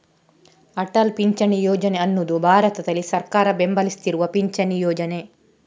ಅಟಲ್ ಪಿಂಚಣಿ ಯೋಜನೆ ಅನ್ನುದು ಭಾರತದಲ್ಲಿ ಸರ್ಕಾರ ಬೆಂಬಲಿಸ್ತಿರುವ ಪಿಂಚಣಿ ಯೋಜನೆ